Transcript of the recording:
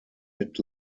mid